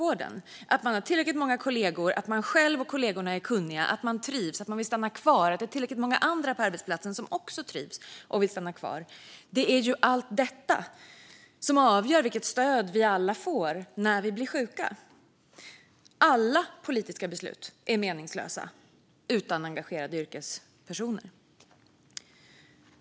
Det handlar om att man har tillräckligt många kollegor, att man själv och kollegorna är kunniga, att man trivs och vill stanna kvar och att tillräckligt många andra på arbetsplatsen också trivs och vill stanna kvar. Alla politiska beslut är meningslösa utan engagerade yrkespersoner.